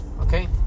okay